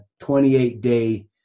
28-day